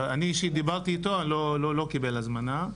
אני אישית דיברתי איתו, הוא לא קיבל הזמנה.